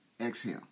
Exhale